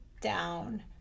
down